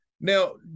now